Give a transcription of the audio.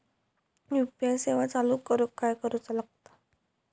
UPI सेवा चालू करूक काय करूचा लागता?